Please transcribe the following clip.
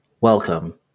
Welcome